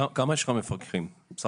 כמה מפקחים יש לך סך הכל?